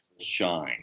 shine